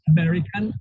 American